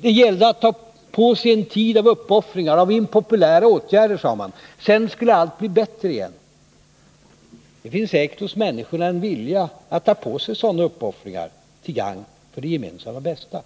Det gällde att ta på sig en tid av uppoffringar, av impopulära åtgärder, sade man. Sedan skulle allt bli bättre igen. Det finns säkert hos människorna en vilja att ta på sig sådana uppoffringar till gagn för det gemensamma bästa.